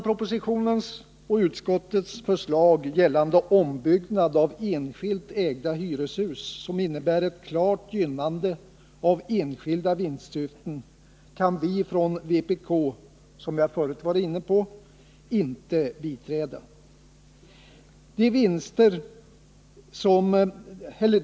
Propositionens och utskottets förslag gällande ombyggnad av enskilt ägda hyreshus som innebär ett klart gynnande av enskilda vinstsyften kan vi från vpk — som jag förut varit inne på — inte biträda.